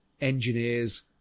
engineers